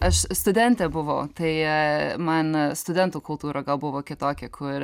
aš studentė buvau tai man studentų kultūra gal buvo kitokia kur